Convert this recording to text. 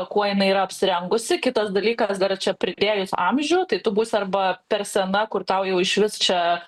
kuo jinai yra apsirengusi kitas dalykas dar čia pridėjus amžių tai tu būsi arba per sena kur tau jau išvis čia